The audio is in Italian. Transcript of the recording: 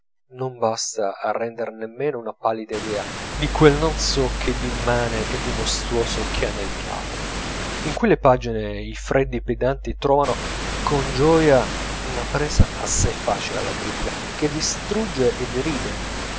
non basta a render nemmeno una pallida idea di quel non so che di immane e di mostruoso che ha nel capo in quelle pagine i freddi pedanti trovano con gioia una presa assai facile alla critica che distrugge e deride